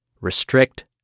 restrict